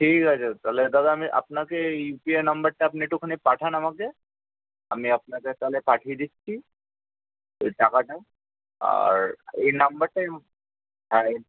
ঠিক আছে তাহলে দাদা আমি আপনাকে ইউপিআই নাম্বারটা আপনি একটুখানি পাঠান আমাকে আমি আপনাকে তাহলে পাঠিয়ে দিচ্ছি ওই টাকাটা আর এই নাম্বারটায় হ্যাঁ এ